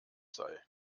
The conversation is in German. sei